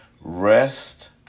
rest